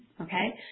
Okay